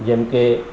જેમ કે